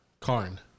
Karn